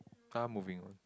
ah moving on